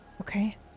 Okay